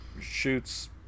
shoots